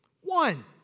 One